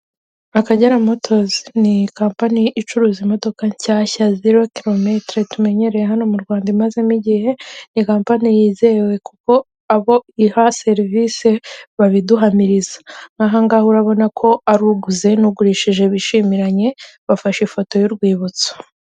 Akagera motozi ni kampani icuruza imodoka nshyashya zero kilometere tumenyereye hano mu Rwanda imazemo igihe, ni kampani yizewe kuko abo iha serivise babiduhamiriza nkaha ngaha urabona ko ari uguze n'ugurishije bishimiranye bafashe ifoto y'urwibutso.